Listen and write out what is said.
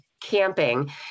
camping